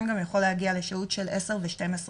יכול להגיע לשהות של עשר ו-12 שעות.